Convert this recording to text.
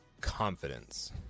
confidence